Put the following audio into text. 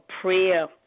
prayer